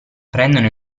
prendono